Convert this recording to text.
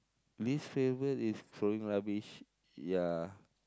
least favourite is throwing rubbish ya